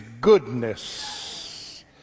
goodness